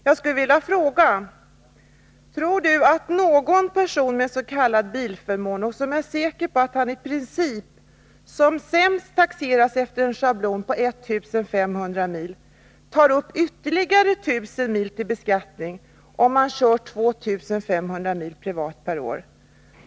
Jag skulle vilja fråga: Tror Tage Sundkvist att en person med s.k. bilförmån, som är säker på att han i princip som sämst taxeras efter en schablon på 1 500 mil, tar upp ytterligare 1 000 mil till beskattning, om han kör2 500 mil privat per år?